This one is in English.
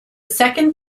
second